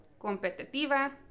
competitiva